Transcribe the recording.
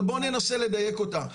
אבל בוא ננסה לדייק אותה.